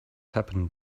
happened